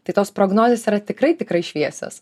tai tos prognozės yra tikrai tikrai šviesios